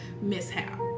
mishap